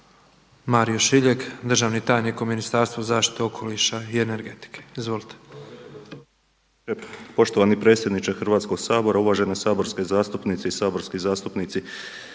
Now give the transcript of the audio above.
Mario Šiljeg državni tajnik u Ministarstvu zaštite okoliša i energetike. Izvolite. **Šiljeg, Mario (HDZ)** Poštovani predsjedniče Hrvatskog sabora, uvažene saborske zastupnice i saborski zastupnici.